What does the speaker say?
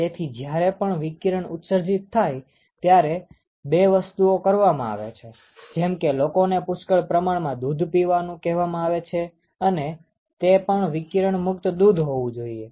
તેથી જયારે પણ વિકિરણ ઉત્સર્જીત થાય ત્યારે બે વસ્તુઓ કરવામાં આવે છે જેમ કે લોકોને પુષ્કળ પ્રમાણમાં દૂધ પીવાનું કહેવામાં આવે છે અને તે પણ વિકિરણમુક્ત દૂધ હોવું જોઈએ